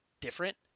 different